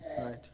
right